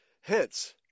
Hence